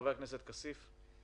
חבר הכנסת כסיף, בבקשה.